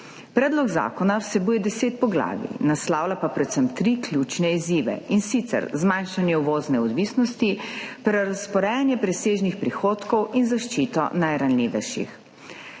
Predlog zakona vsebuje deset poglavij, naslavlja pa predvsem tri ključne izzive, in sicer: zmanjšanje uvozne odvisnosti, prerazporejanje presežnih prihodkov in zaščito najranljivejših.